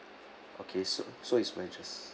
okay so so is wedges